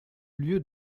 lieu